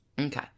okay